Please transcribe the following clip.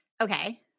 Okay